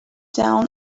down